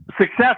success